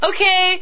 Okay